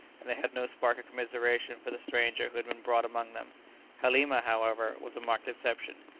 and they had no spark of commiseration for the stranger who had been brought among them halima, however, was a marked exception,